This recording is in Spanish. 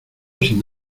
sin